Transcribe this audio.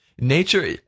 Nature